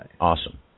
awesome